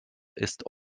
ist